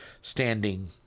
standing